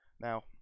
Now